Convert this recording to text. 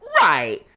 Right